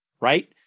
right